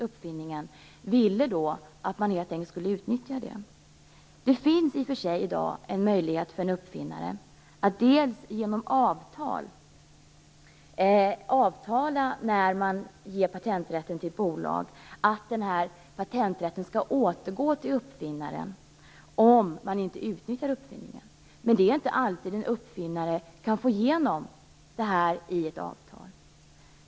Uppfinnaren ville då helt enkelt att den skulle utnyttjas. Det finns i och för sig i dag en möjlighet för en uppfinnare att när patenträtten ges till ett bolag avtala att patenträtten skall gå till uppfinnaren om man inte utnyttjar uppfinningen. Men en uppfinnare kan inte alltid få igenom detta i ett avtal.